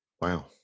Wow